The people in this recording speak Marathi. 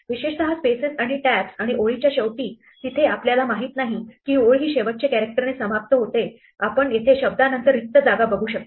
विशेषतः स्पेसेस आणि टैब्ज़ आणि ओळीच्या शेवटी तिथे आपल्याला माहित नाही की ओळ ही शेवटचे कॅरेक्टर ने समाप्त होते आपण येथे शब्दानंतर रिक्त जागा बघू शकता